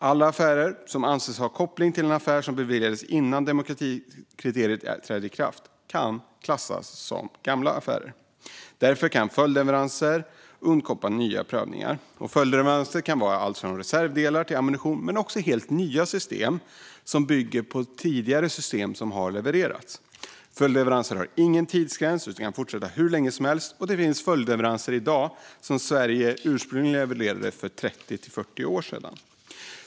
Alla affärer som anses ha koppling till en affär som beviljades innan demokratikriteriet trädde i kraft kan klassas som gamla affärer. Därför kan följdleveranser undkomma nya prövningar. Följdleveranser kan gälla allt från reservdelar till ammunition men också helt nya system som bygger på tidigare system som har levererats. Följdleveranser har ingen tidsgräns utan kan fortsätta hur länge som helst. Det finns i dag följdleveranser som gäller sådant som Sverige ursprungligen levererade för 30-40 år sedan.